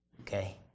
Okay